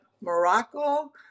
Morocco